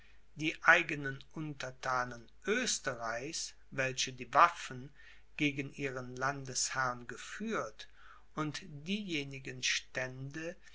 die eigenen unterthanen oesterreichs welche die waffen gegen ihren landesherrn geführt und diejenigen stände